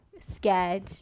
scared